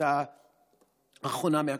ההפסקה האחרונה מהקורונה.